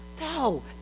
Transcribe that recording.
no